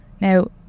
Now